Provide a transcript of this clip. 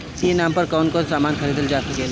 ई नाम पर कौन कौन समान खरीदल जा सकेला?